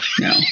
no